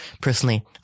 personally